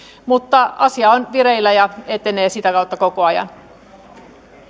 mutta asia on vireillä ja etenee sitä kautta koko ajan